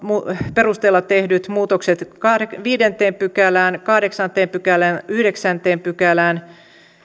perusteella muutokset viidenteen pykälään kahdeksanteen pykälään yhdeksänteen pykälään